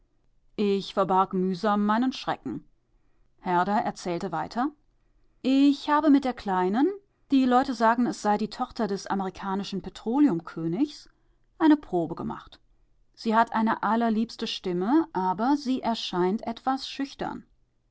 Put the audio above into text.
ich verbarg mühsam meinen schrecken herder erzählte weiter ich habe mit der kleinen die leute sagen es sei die tochter des amerikanischen petroleumkönigs eine probe gemacht sie hat eine allerliebste stimme aber sie erscheint etwas schüchtern